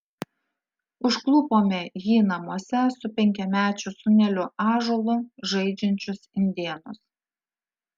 užklupome jį namuose su penkiamečiu sūneliu ąžuolu žaidžiančius indėnus